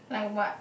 like what